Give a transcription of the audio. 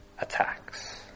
attacks